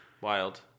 Wild